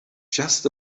just